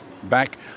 Back